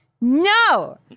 No